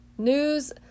News